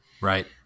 Right